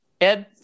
Ed